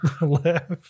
left